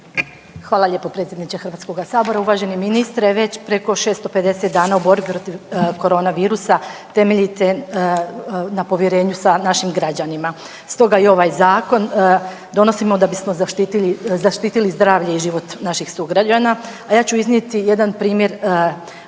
Hvala lijepo predsjedniče Hrvatskoga sabora. Uvaženi ministre već preko 650 dana u borbi protiv korona virusa temeljite na povjerenju sa našim građanima. Stoga i ovaj zakon donosimo da bismo zaštitili zdravlje i život naših sugrađana.